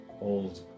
old